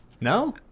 No